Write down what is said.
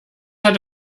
hat